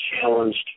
challenged